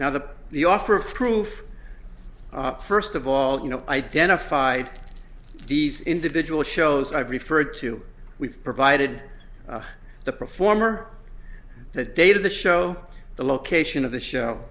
now the the offer of proof first of all you know identified these individual shows i've referred to we've provided the performer the date of the show the location of the show